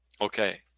Okay